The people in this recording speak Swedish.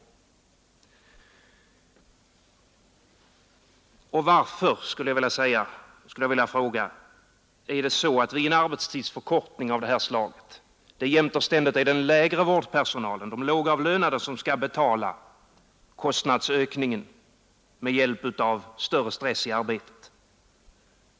Och varför, skulle jag vilja fråga, är det vid en arbetstidsförkortning av detta slag jämt och ständigt de lågavlönade som skall betala kostnadsökningen med åtföljande större stress i arbetet?